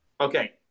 Okay